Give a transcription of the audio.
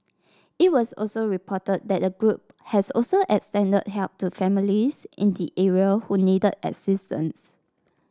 it was also reported that the group has also extended help to families in the area who needed assistance